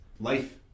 Life